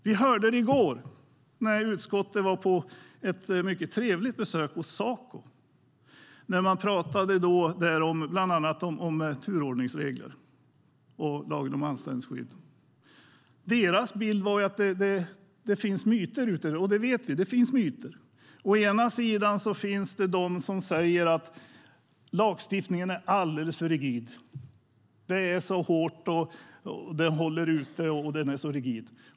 Vi hörde det i går när utskottet var på ett mycket trevligt besök hos Saco. Där talade man bland annat om turordningsregler och lagen om anställningsskydd. Deras bild var att det finns myter om det, och det vet vi att det finns.Å ena sidan finns det de som säger att lagstiftningen är alldeles för rigid och hård och att man hålls utanför.